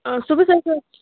آ صبحس ٲسوٕ حظ